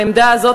העמדה הזאת,